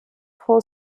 for